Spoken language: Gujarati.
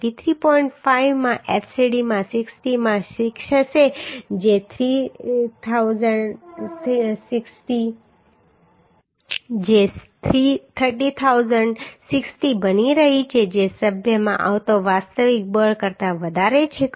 5 માં fcd માં 60 માં 6 હશે જે 30060 બની રહી છે જે સભ્યમાં આવતા વાસ્તવિક બળ કરતા વધારે છે ખરું